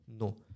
No